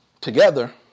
together